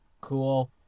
Cool